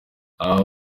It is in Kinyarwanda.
aba